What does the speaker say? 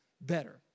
better